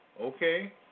okay